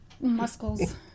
muscles